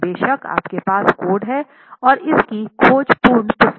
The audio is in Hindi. बेशक आपके पास कोड है और इसकी खोजपूर्ण पुस्तिका है